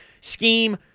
scheme